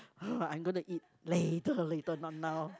I'm gonna eat later later not now